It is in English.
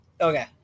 Okay